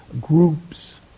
groups